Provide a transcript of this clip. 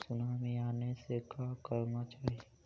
Tsunami आने से का करना चाहिए?